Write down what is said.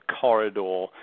corridor